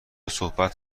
صحبت